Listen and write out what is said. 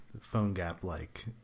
PhoneGap-like